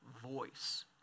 voice